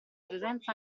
presenza